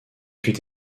fut